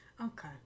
Okay